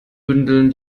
bündeln